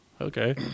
Okay